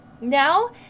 Now